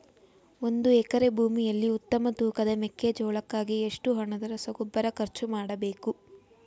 ಒಂದು ಎಕರೆ ಭೂಮಿಯಲ್ಲಿ ಉತ್ತಮ ತೂಕದ ಮೆಕ್ಕೆಜೋಳಕ್ಕಾಗಿ ಎಷ್ಟು ಹಣದ ರಸಗೊಬ್ಬರ ಖರ್ಚು ಮಾಡಬೇಕು?